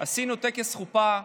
עשינו טקס חופה.